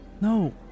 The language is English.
no